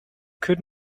could